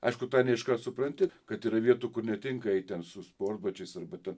aišku tą ne iškart supranti kad yra vietų kur netinka eit ten su sportbačiais arba ten